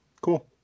cool